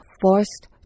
forced